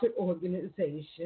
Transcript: organization